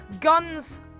guns